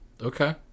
Okay